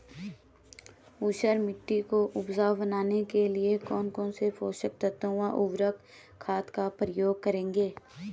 ऊसर मिट्टी को उपजाऊ बनाने के लिए कौन कौन पोषक तत्वों व उर्वरक खाद का उपयोग करेंगे?